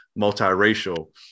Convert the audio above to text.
multiracial